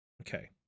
Okay